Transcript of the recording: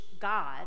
God